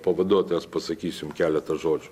pavaduotojas pasakys jum keletą žodžių